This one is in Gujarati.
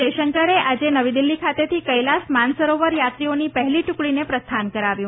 જયશંકર આજે નવી દિલ્હી ખાતેથી કેલાસ માનસરોવર યાત્રીઓની પહેલી ટૂકડીને પ્રસ્થાન કરાવ્યું